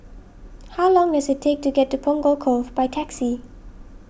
how long does it take to get to Punggol Cove by taxi